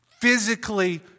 physically